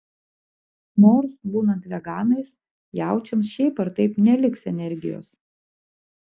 nors būnant veganais jaučiams šiaip ar taip neliks energijos